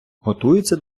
готується